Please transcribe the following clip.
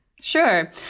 Sure